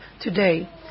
today